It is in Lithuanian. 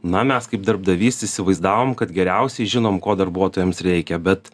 na mes kaip darbdavys įsivaizdavom kad geriausiai žinom ko darbuotojams reikia bet